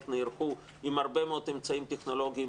נערכו עם הרבה מאוד אמצעים טכנולוגיים,